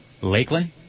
Lakeland